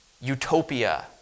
utopia